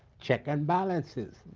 check and balances.